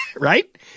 Right